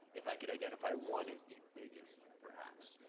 if i could identify one as the biggest, perhaps.